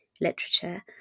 literature